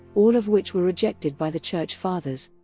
all of which were rejected by the church fathers.